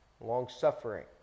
long-suffering